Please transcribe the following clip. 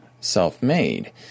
self-made